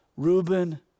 Reuben